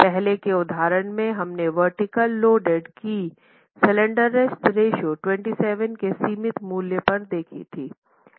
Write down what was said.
पहले के उदाहरण में हमने वर्टीकल लोडेड की स्लैंडरनेस रेश्यो 27 के सीमित मूल्य पर देखी थी